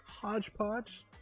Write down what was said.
hodgepodge